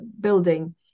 building